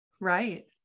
Right